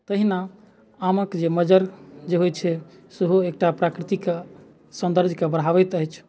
तहिना आमक जे मज्जर जे होइत छै सेहो एकटा प्रकृतिके सौन्दर्यके बढ़ाबैत अछि